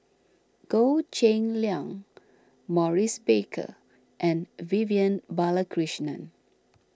Goh Cheng Liang Maurice Baker and Vivian Balakrishnan